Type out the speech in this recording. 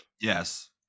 Yes